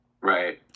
Right